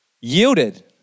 Yielded